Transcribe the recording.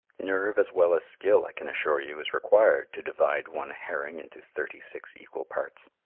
nerve as well as skill, i can assure you, is required to divide one herring into thirty-six equal parts.